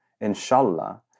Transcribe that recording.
inshallah